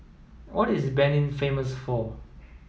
what is Benin famous for